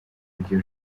iryo